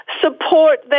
support